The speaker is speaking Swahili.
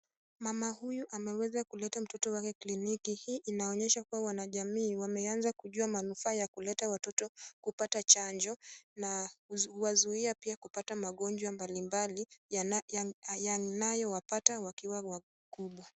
Mama huyu ameweza kuleta mtoto wake kliniki hii inaonyesha kuwa wanajamii wameanza kujua manufaa kuleta watoto kupata chanjo, na kuwazuia pia kupata magonjwa mbalimbali yanayo wapata wakiwa wakubwa.